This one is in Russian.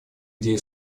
идея